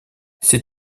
sais